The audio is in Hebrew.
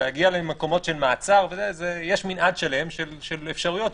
להגיע למקומות של מעצר יש מנעד שלם של אפשרויות.